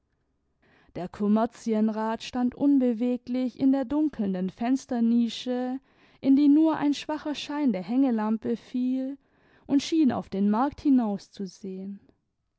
der kommerzienrat stand unbeweglich in der dunkelnden fensternische in die nur ein schwacher schein der hängelampe fiel und schien auf den markt hinauszusehen